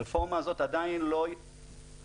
הרפורמה הזאת עדיין לא בשלה,